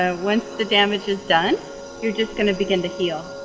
ah once the damage is done you are just going to begin to heal.